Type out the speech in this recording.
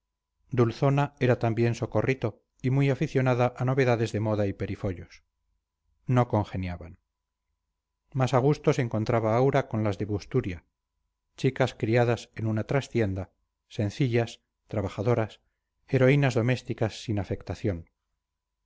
dulzona era también socorrito y muy aficionada a novedades de moda y perifollos no congeniaban más a gusto se encontraba aura con las de busturia chicas criadas en una trastienda sencillas trabajadoras heroínas domésticas sin afectación